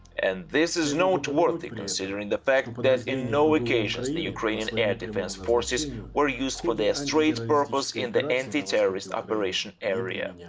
and this is noteworthy, considering the fact that in no occasions and the ukrainian and air defense forces were used for their straight purpose in the anti-terrorist operation area. yeah